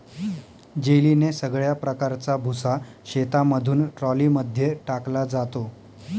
जेलीने सगळ्या प्रकारचा भुसा शेतामधून ट्रॉली मध्ये टाकला जातो